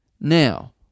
Now